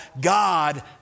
God